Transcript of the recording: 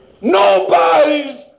Nobody's